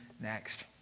next